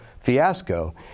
fiasco